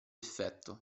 effetto